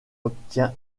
obtient